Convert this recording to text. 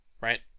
right